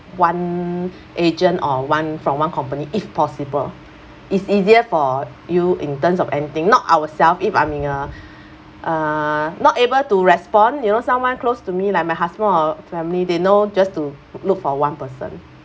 one agent or one from one company if possible it's easier for you in terms of anything not ourselves if I'm being a uh not able to respond you know someone close to me like my husband or family they know just to look for one person